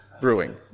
brewing